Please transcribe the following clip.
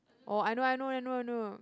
oh I know I know I know I know